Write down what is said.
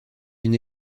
une